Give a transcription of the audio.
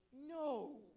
no